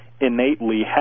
innately